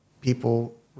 people